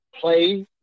play